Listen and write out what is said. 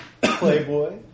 Playboy